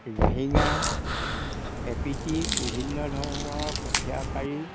জাহিঙা A P T বিভিন্ন ধৰণৰ কঠীয়া পাৰি